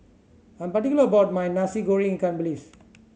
I am particular about my Nasi Goreng ikan bilis